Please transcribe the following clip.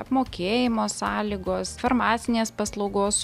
apmokėjimo sąlygos farmacinės paslaugos